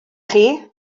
chi